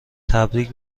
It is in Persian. تبریک